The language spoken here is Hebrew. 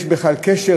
יש בכלל קשר?